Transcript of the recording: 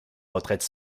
retraite